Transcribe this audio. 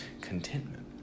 contentment